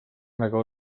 väga